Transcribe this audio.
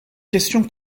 question